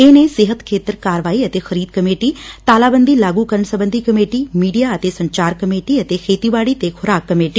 ਇਹ ਨੇ ਸਿਹਤ ਖੇਤਰ ਕਾਰਵਾਈ ਅਤੇ ਖਰੀਦ ਕਮੇਟੀ ਤਾਲਾਬੰਦੀ ਲਾਗੂ ਕਰਨ ਸਬੰਧੀ ਕਮੇਟੀ ਮੀਡੀਆ ਅਤੇ ਸੰਚਾਰ ਕਮੇਟੀ ਅਤੇ ਖੇਤੀਬਾੜੀ ਤੇ ਖੁਰਾਕ ਕਮੇਟੀ